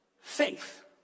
faith